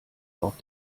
auf